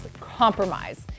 compromise